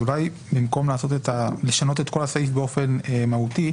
אז אולי במקום לשנות את כל הסעיף באופן מהותי,